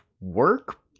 work